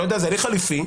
לא יודע, זה הליך חליפי.